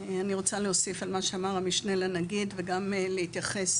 אני רוצה להוסיף על מה שאמר המשנה לנגיד וגם להתייחס